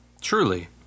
Truly